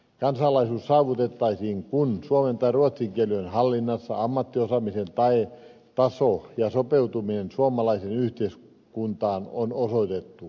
kansalaisuus saavutettaisiin kun suomen tai ruotsin kieli on hallinnassa ja ammattiosaamisen taso ja sopeutuminen suomalaiseen yhteiskuntaan on osoitettu